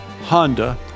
Honda